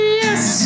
yes